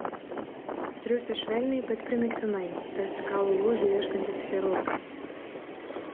triūsė švelniai bet primygtinai tarsi kaulo lūžių ieškantis chirurgas